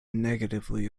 negatively